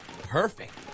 Perfect